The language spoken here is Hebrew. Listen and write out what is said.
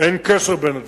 אין קשר בין הדברים.